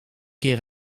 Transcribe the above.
keer